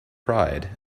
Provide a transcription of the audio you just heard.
pride